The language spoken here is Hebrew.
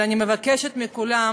אבל אני מבקשת מכולם